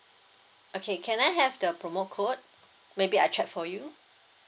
okay can I have the promo code maybe I check for you